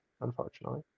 Unfortunately